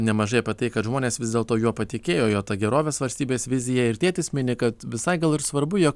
nemažai apie tai kad žmonės vis dėlto juo patikėjo jo ta gerovės valstybės vizija ir tėtis mini kad visai gal ir svarbu jog